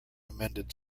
amended